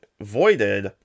voided